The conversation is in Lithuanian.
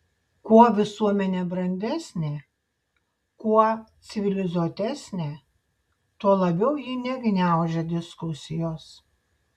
kuo visuomenė brandesnė kuo civilizuotesnė tuo labiau ji negniaužia diskusijos